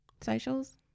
Socials